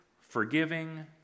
forgiving